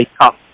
Cup